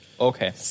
Okay